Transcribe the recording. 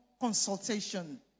consultation